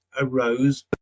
arose